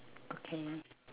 okay